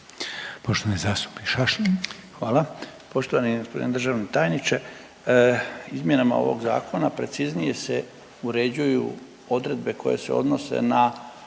Poštovani zastupnik Šašlin.